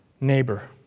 neighbor